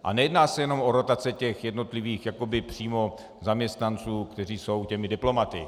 A nejedná se jenom o rotace jednotlivých jakoby přímo zaměstnanců, kteří jsou diplomaty.